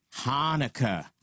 Hanukkah